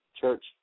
church